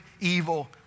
evil